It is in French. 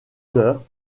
heures